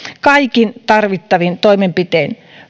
kaikin tarvittavin toimenpitein